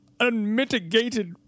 unmitigated